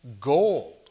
gold